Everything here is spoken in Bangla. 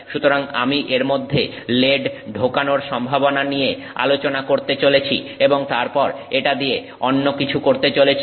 সুতরাং আমি এর মধ্যে লেড ঢোকানোর সম্ভাবনা নিয়ে আলোচনা করতে চলেছি এবং তারপর এটা দিয়ে অন্য কিছু করতে চলেছি